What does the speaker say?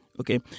okay